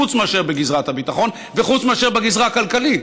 חוץ מאשר בגזרת הביטחון וחוץ מאשר בגזרה הכלכלית.